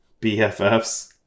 bffs